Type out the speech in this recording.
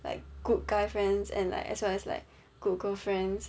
like good guy friends and like as well as like good girl friends